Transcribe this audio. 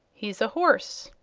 he's a horse.